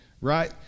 right